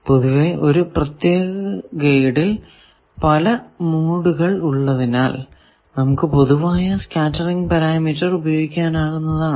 പൊതുവെ ഒരു പ്രത്യേക ഗൈഡിൽ പല മോഡുകൾ ഉള്ളതിനാൽ നമുക്ക് പൊതുവായ സ്കേറ്ററിങ് പാരാമീറ്റർ ഉപയോഗിക്കാനാകുന്നതാണ്